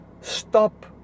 stop